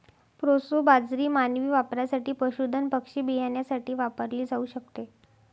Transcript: proso बाजरी मानवी वापरासाठी, पशुधन पक्षी बियाण्यासाठी वापरली जाऊ शकते